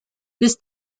this